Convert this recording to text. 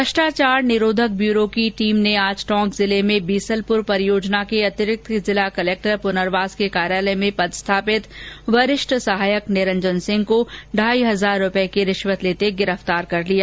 भ्रष्टाचार निरोधक ब्यूरो की टीम ने आज टोंक जिले में बीसलपुर परियोजना के अतिरिक्त जिला कलेक्टर पुनर्वास के कार्यालय में पदस्थापित वरिष्ठ सहायक निरंजन सिंह को ढाई हजार रुपये की रिश्वत लेते गिरफ्तार कर लिया